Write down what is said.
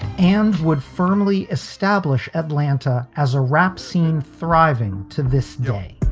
and would firmly establish atlanta as a rap scene thriving to this day